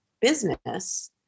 business